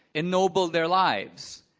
ennobled their lives.